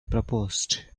proposed